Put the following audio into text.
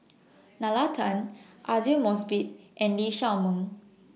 Nalla Tan Aidli Mosbit and Lee Shao Meng